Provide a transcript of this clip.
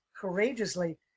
courageously